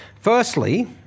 Firstly